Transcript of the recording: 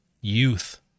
youth